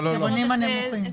דיפרנציאלית.